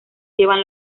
llevan